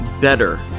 better